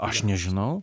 aš nežinau